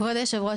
כבוד היושב ראש,